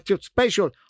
special